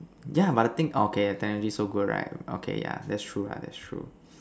yeah but the thing okay apparently so good right okay yeah that's true lah that's true